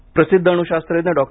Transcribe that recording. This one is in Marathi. निधन प्रसिद्ध अणुशास्त्रज्ञ डॉ